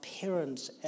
parents